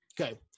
Okay